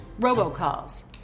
robocalls